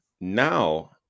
now